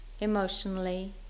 emotionally